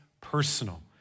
personal